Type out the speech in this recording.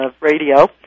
radio